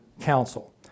council